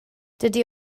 dydy